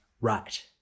right